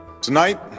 Tonight